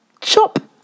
chop